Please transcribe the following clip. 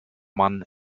man